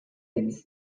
ins